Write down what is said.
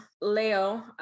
leo